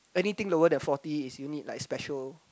anything lower than forty is you need like special